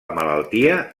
malaltia